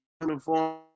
uniform